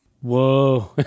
Whoa